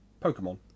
Pokemon